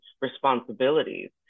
responsibilities